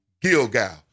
Gilgal